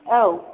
औ